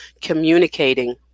communicating